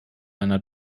einer